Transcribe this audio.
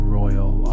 royal